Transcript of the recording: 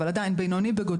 אבל הוא עדיין בינוני בגודלו,